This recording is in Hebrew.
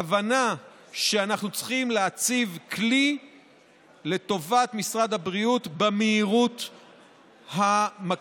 ההבנה שאנחנו צריכים להציב כלי לטובת משרד הבריאות במהירות המקסימלית.